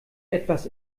etwas